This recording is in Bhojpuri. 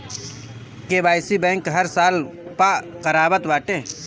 के.वाई.सी बैंक हर साल पअ करावत बाटे